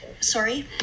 Sorry